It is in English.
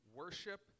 worship